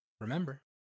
Remember